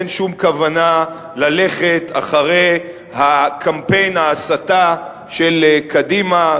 אין שום כוונה ללכת אחרי קמפיין ההסתה של קדימה,